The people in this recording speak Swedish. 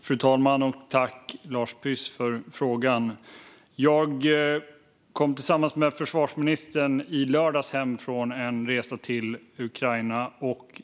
Fru talman! Jag tackar Lars Püss för frågan. Jag kom i lördags, tillsammans med försvarsministern, hem från en resa till Ukraina.